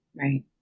Right